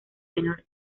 menor